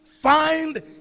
Find